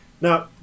Now